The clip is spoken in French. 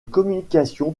communication